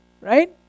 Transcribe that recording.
Right